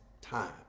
time